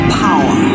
power